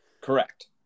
Correct